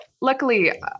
luckily